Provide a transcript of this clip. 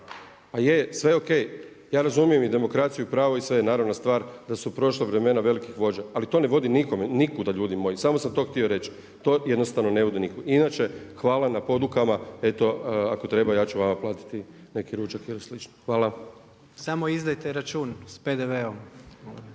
vi. Sve ok, ja razumijem i demokraciju i pravo i sve. Naravna stvar da su prošla vremena velikih vođa, ali to ne vodi nikuda ljudi moji. Samo sam to htio reći. To jednostavno ne vodi nikud. Inače hvala na podukama, eto ako treba ja ću vama platiti neki ručak ili slično. Hvala. **Jandroković,